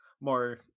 more